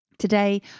Today